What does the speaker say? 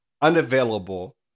unavailable